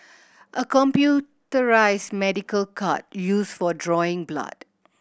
a computerised medical cart used for drawing blood